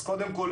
אז דבר ראשון,